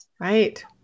Right